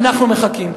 אנחנו מחכים.